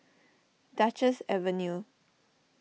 Duchess Avenue